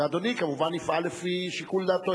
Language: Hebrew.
ואדוני כמובן יפעל לפי שיקול דעתו.